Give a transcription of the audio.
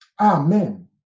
amen